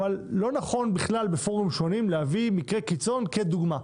אבל לא נכון בכלל בפורומים שונים להביא מקרה קיצון כדוגמה.